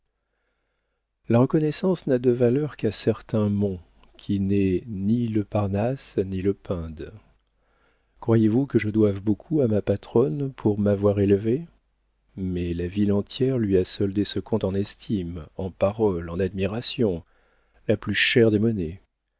la reconnaissance n'a de valeur qu'à certain mont qui n'est ni le parnasse ni le pinde croyez-vous que je doive beaucoup à ma patronne pour m'avoir élevé mais la ville entière lui a soldé ce compte en estime en paroles en admiration la plus chère des monnaies